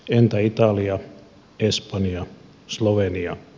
entä italia espanja slovenia